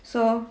so